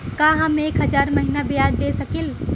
का हम एक हज़ार महीना ब्याज दे सकील?